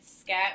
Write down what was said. scat